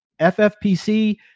ffpc